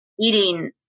eating